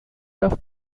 tough